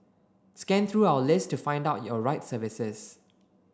scan through our list to find out your right services